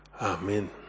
Amen